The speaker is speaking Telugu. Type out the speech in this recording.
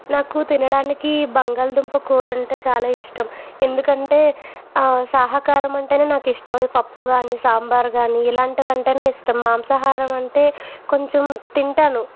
నాకు తినడానికి బంగాళదుంప కూరంటే చాలా ఇష్టం ఎందుకంటే సాకాహారం అంటేనే నాకు ఇష్టం పప్పు కానీ సాంబారు కానీ ఇలాంటివి అంటేనే ఇష్టం మాంసాహారం అంటే కొంచం తింటాను